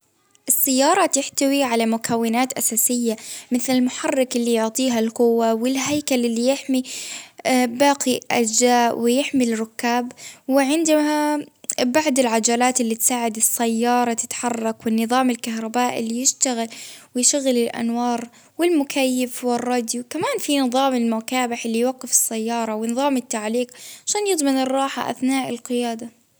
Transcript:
السيارة تحتوي على مكونات أساسية، مثل المحرك اللي يعطيها القوة، والهيكل اللي يحمي باقي أجزاءه، ويحمي الركاب، وعندها بعض العجلات اللي تساعد السيارة تتحرك، والنظام الكهربائي اللي يشتغل، ويشغل الأنوار، والمكيف، والراديو ،وكمان في نظام المكابح اللي يوقف السيارة، ونظام التعليق عشان يضمن الراحة أثناء القيادة.